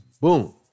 Boom